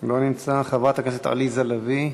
לא נמצא, חברת הכנסת עליזה לביא,